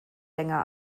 länger